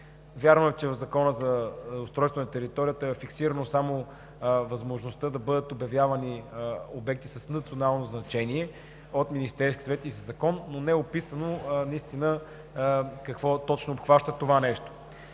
Вярно е, че в Закона за устройство на територията е фиксирана само възможността да бъдат обявявани обекти с национално значение от Министерския съвет и със закон, но не е описано какво точно обхваща това нещо.